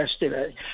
yesterday